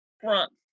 front